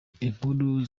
inkuru